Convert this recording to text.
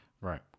right